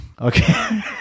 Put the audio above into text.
Okay